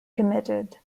committed